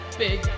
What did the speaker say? big